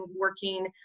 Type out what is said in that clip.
working